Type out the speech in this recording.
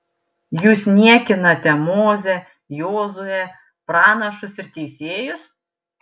jūs niekinate mozę jozuę pranašus ir teisėjus